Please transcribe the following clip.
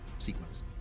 Sequence